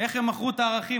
איך הם מכרו את הערכים,